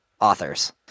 authors